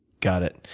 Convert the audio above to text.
got it.